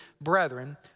brethren